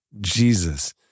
Jesus